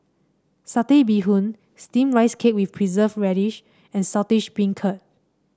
Satay Bee Hoon steamed Rice Cake with Preserved Radish and Saltish Beancurd